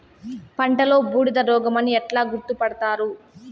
పంటలో బూడిద రోగమని ఎలా గుర్తుపడతారు?